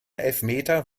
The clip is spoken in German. elfmeter